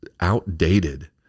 outdated